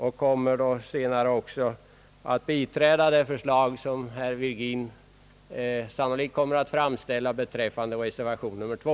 Jag kommer senare att biträda det yrkande som herr Virgin sannolikt kommer att framställa beträffande reservation 2.